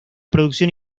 producción